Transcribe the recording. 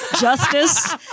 justice